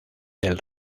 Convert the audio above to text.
del